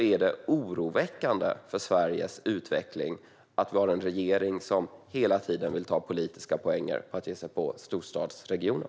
Det ser oroväckande ut för Sveriges utveckling att vi har en regering som hela tiden vill ta politiska poänger genom att ge sig på storstadsregionen.